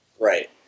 Right